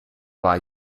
war